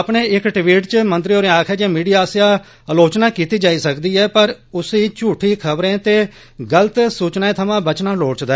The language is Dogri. अपने इक ट्वीट च मंत्री होरें आक्खेआ जे मीडिया आस्सेआ आलोचना कीती जाई सकदी ऐ पर उस्सी झुठी खबरें ते गल्त सूचनाएं थवां बचना लोड़चदा